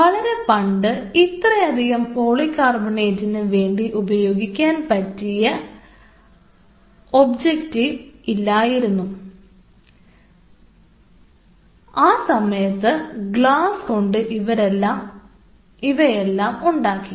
വളരെ പണ്ട് ഇത്രയധികം പോളികാർബണേറ്റിന് വേണ്ടി ഉപയോഗിക്കാൻ പറ്റിയ ഒബ്ജക്ടീവ് ഇല്ലാതിരുന്ന സമയത്ത് ഗ്ലാസ് കൊണ്ട്ഇവയെല്ലാം ഉണ്ടാക്കി